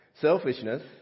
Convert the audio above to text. Selfishness